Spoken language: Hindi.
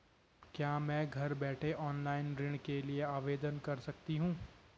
क्या मैं घर बैठे ऑनलाइन ऋण के लिए आवेदन कर सकती हूँ?